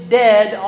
dead